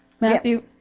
Matthew